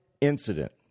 incident